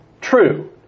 true